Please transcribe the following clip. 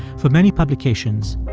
for many publications,